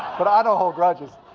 but i don't hold grudges.